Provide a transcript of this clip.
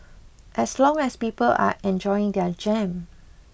as long as people are enjoying their jam